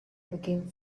became